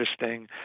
interesting